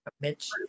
Mitch